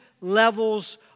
levels